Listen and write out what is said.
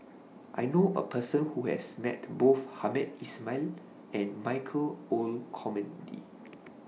I know A Person Who has Met Both Hamed Ismail and Michael Olcomendy